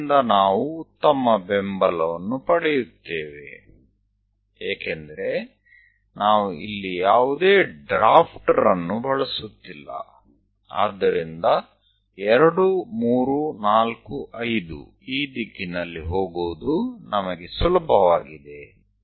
ಇದರಿಂದ ನಾವು ಉತ್ತಮ ಬೆಂಬಲವನ್ನು ಪಡೆಯುತ್ತೇವೆ ಏಕೆಂದರೆ ನಾವು ಇಲ್ಲಿ ಯಾವುದೇ ಡ್ರಾಫ್ಟರ್ ಅನ್ನು ಬಳಸುತ್ತಿಲ್ಲ ಆದ್ದರಿಂದ 2 3 4 5 ಈ ದಿಕ್ಕಿನಲ್ಲಿ ಹೋಗುವುದು ನಮಗೆ ಸುಲಭವಾಗಿದೆ